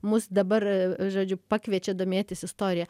mus dabar žodžiu pakviečia domėtis istorija